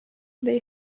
they